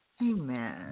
Amen